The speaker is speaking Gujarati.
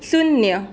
શૂન્ય